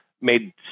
made